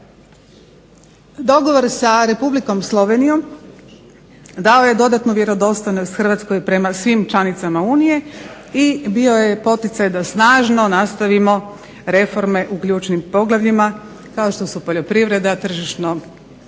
dogovor sa Republikom Slovenijom dao je dodatnu vjerodostojnost Hrvatskoj prema svim članicama Unije i bio je poticaj da snažno nastavimo reforme u ključnim poglavljima kao što su poljoprivreda, tržišno